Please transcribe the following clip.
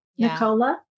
Nicola